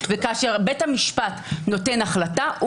וכאשר בית המשפט נותן החלטה,